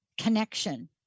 connection